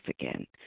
again